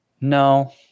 No